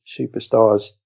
superstars